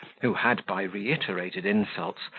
who had, by reiterated insults,